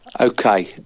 Okay